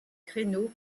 créneaux